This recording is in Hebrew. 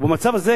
ובמצב הזה,